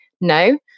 no